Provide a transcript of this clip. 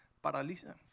paraliza